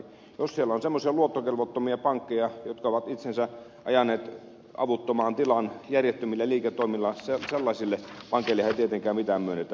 jos siellä on semmoisia luottokelvottomia pankkeja jotka ovat itsensä ajaneet avuttomaan tilaan järjettömillä liiketoimillaan sellaisille pankeillehan ei tietenkään mitään myönnetä